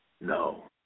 No